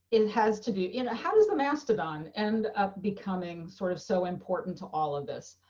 it has to be in a. how does the mastodon and up becoming sort of so important to all of this.